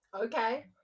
Okay